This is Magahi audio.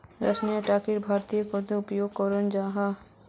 रासायनिक कीटनाशक भारतोत अपना शुरुआतेर बाद से कृषित एक अहम भूमिका निभा हा